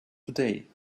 today